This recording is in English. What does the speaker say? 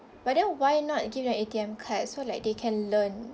but then why not give you an A_T_M card so like they can learn